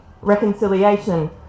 Reconciliation